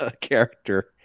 character